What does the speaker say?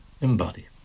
embody